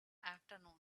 afternoon